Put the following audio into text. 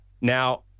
Now